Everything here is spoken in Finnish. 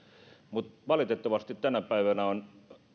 mutta valitettavasti tänä päivänä on